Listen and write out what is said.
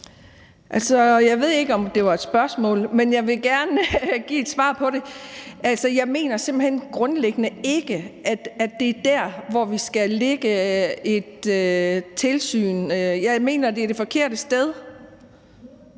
jeg ved ikke, om det var et spørgsmål, men jeg vil gerne give et svar på det. Jeg mener simpelt hen grundlæggende ikke, at det er der, vi skal indskrive et hensyn. Jeg mener, det er det forkerte sted.